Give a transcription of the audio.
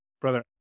Brother